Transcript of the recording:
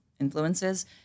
influences